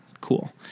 Cool